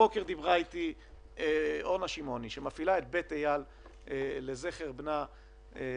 הבוקר דיברה איתי אורנה שמעוני שמפעילה את בית אייל לזכר בנה בצפון.